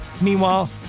Meanwhile